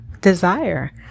desire